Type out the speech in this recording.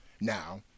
Now